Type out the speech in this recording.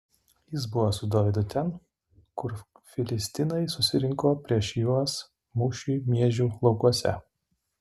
jis buvo su dovydu ten kur filistinai susirinko prieš juos mūšiui miežių laukuose